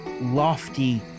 lofty